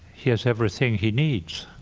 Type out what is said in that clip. he has everything he needs.